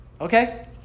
okay